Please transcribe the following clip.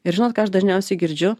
ir žinot ką aš dažniausiai girdžiu